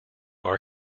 are